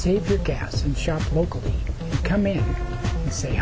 save your gas and shop locally come in and say